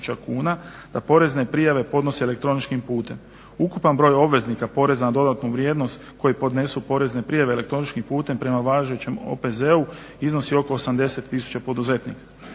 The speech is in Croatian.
da porezne prijave podnose elektroničkim putem. Ukupan broj obveznika poreza na dodatnu vrijednost koji podnesu porezne prijave elektroničkim putem prema važećem OPZ-u iznosi oko 80000 poduzetnika.